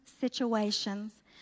situations